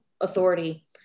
authority